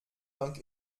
dank